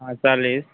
हाँ चालीस